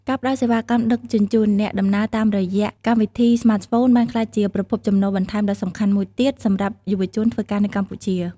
ការផ្តល់សេវាកម្មដឹកជញ្ជូនអ្នកដំណើរតាមរយៈកម្មវិធីស្មាតហ្វូនបានក្លាយជាប្រភពចំណូលបន្ថែមដ៏សំខាន់មួយទៀតសម្រាប់យុវជនធ្វើការនៅកម្ពុជា។